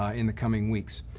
ah in the coming weeks.